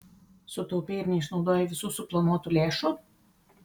sutaupei ir neišnaudojai visų suplanuotų lėšų